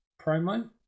promo